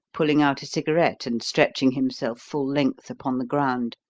pulling out a cigarette and stretching himself full length upon the ground.